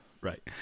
right